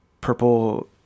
purple